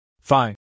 Fine